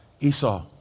Esau